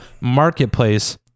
marketplace